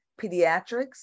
pediatrics